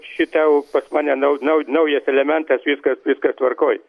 šita jau pas mane nau nau naujas elementas viskas viskas tvarkoj